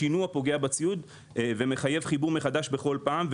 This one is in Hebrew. השינוע פוגע בציוד ומחייב חיבור מחדש בכל פעם,